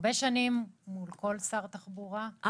הרבה שנים מול כל שר תחבורה,